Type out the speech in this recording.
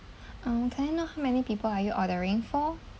uh can I know how many people are you ordering for